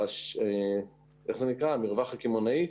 מרווח הקמעונאי.